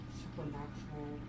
supernatural